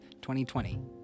2020